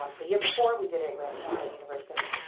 um the year before we did it at grand canyon university.